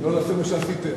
לא נעשה מה שעשיתם...